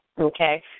okay